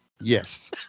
yes